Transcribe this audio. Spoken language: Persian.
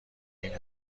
این